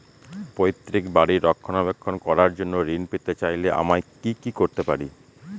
পৈত্রিক বাড়ির রক্ষণাবেক্ষণ করার জন্য ঋণ পেতে চাইলে আমায় কি কী করতে পারি?